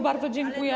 Bardzo dziękuję.